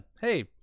hey